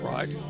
Right